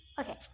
Okay